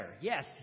Yes